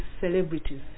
celebrities